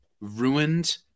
ruined